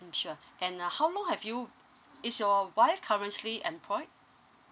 mm sure and uh how long have you is your wife currently employed